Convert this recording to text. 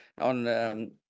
on